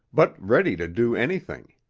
but ready to do anything.